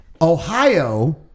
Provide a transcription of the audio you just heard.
Ohio